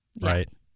right